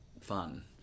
fun